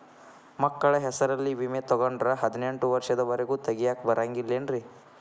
ಮಕ್ಕಳ ಹೆಸರಲ್ಲಿ ವಿಮೆ ತೊಗೊಂಡ್ರ ಹದಿನೆಂಟು ವರ್ಷದ ಒರೆಗೂ ತೆಗಿಯಾಕ ಬರಂಗಿಲ್ಲೇನ್ರಿ?